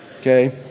okay